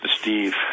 Steve